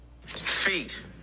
feet